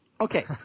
Okay